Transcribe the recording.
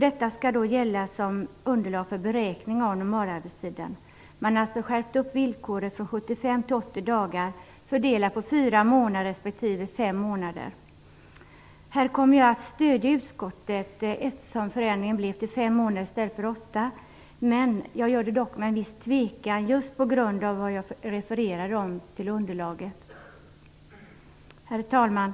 Detta skall då gälla som underlag för beräkning av normalarbetstiden. Man har alltså skärpt villkoret från Här kommer jag att stödja utskottet, eftersom förändringen innebär fem månader i stället för åtta månader. Men jag gör det dock med en viss tvekan just på grund av det som jag refererade till i underlaget. Herr talman!